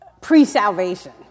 pre-salvation